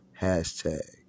Hashtag